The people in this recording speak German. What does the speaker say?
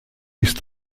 ist